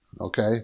okay